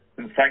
Thank